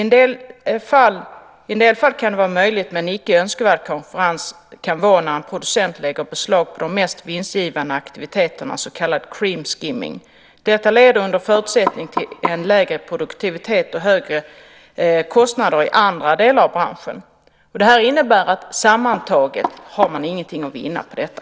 Ett fall av en möjlig men inte önskvärd konkurrens kan vara när en producent lägger beslag på de mest vinstgivande aktiviteterna, så kallad cream skimming . Detta leder under vissa förutsättningar till en lägre produktivitet och högre totala kostnader i branschen." Det här innebär att sammantaget finns ingenting att vinna på detta.